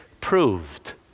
proved